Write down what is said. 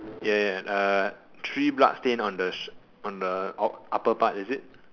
ya ya uh three blood stain on the sh~ on the upper part is it